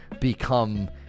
become